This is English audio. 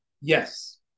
Yes